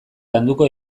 landuko